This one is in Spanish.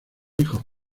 hijos